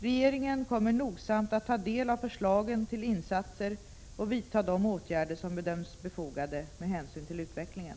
Regeringen kommer nogsamt att ta del av förslagen till insatser och vidta de åtgärder som bedöms befogade med hänsyn till utvecklingen.